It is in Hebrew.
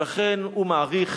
ולכן הוא מעריך